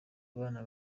abana